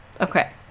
Okay